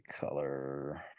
color